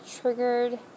triggered